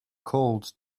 called